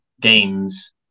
games